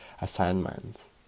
assignments